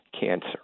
cancer